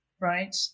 right